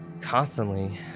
constantly